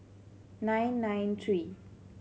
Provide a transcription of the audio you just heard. nine nine three